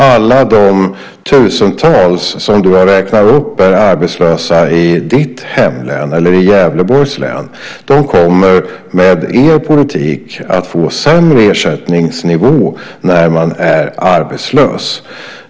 Alla de tusentals som du har räknat upp som är arbetslösa i ditt hemlän, Gävleborgs län, kommer med er politik att få sämre ersättningsnivå när man är arbetslös.